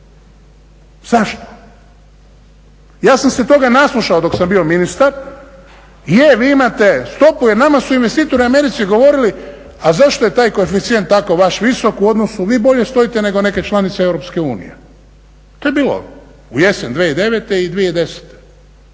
Zašto? Ja sam se toga naslušao dok sam bio ministar. Je, vi imate stopu jer nama su investitori u Americi govorili, a zašto je taj koeficijent tako vaš visok u odnosu, vi bolje stojite nego neke članice EU. To je bilo u jesen 2009. i 2010.